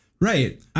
Right